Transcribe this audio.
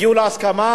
הגיעו להסכמה,